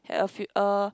had a few uh